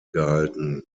gehalten